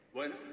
Bueno